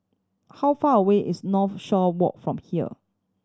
how far away is Northshore Walk from here